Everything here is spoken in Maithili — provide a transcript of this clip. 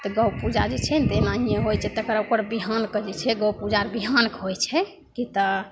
तऽ गउ पूजा जे छै ने एनाहिए होइ छै तकर ओकर बिहानके जे गउ पूजा आओर बिहानके होइ छै कि तऽ